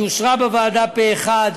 היא אושרה בוועדה פה אחד,